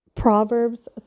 Proverbs